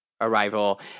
arrival